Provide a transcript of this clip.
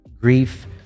grief